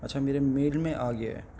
اچھا میرے میل میں آ گیا ہے